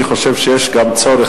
אני חושב שיש גם צורך,